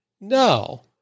No